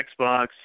xbox